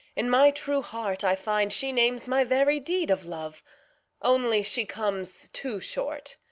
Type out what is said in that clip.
in my true heart i find she names my very deed of love only she comes too short,